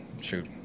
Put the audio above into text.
shoot